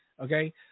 Okay